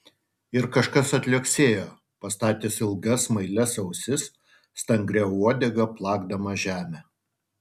ir kažkas atliuoksėjo pastatęs ilgas smailias ausis stangria uodega plakdamas žemę